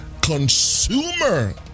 consumer